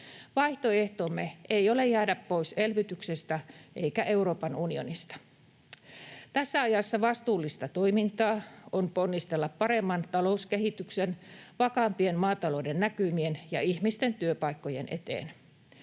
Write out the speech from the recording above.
Vaihtoehtomme ei ole jäädä pois elvytyksestä eikä Euroopan unionista. Tässä ajassa vastuullista toimintaa on ponnistella paremman talouskehityksen, vakaampien maatalouden näkymien ja ihmisten työpaikkojen eteen.